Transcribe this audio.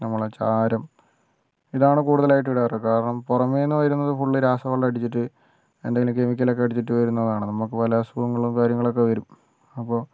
നമ്മുടെ ചാരം ഇതാണ് കൂടുതലായിട്ടും ഇടാറ് കാരണം പുറമെയെന്ന് വരുന്നത് ഫുള്ള് രാസ വളം അടിച്ചിട്ട് എന്തെങ്കിലും കെമിക്കലൊക്കെ അടിച്ചിട്ട് വരുന്നതാണ് നമുക്ക് പല അസുഖങ്ങളും കാര്യങ്ങളുമൊക്കെ വരും അപ്പോൾ